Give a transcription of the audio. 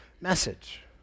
message